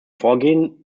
vorgehen